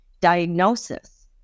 diagnosis